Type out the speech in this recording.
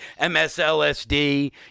MSLSD